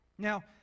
Now